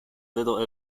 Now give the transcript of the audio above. little